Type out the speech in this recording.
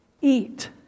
eat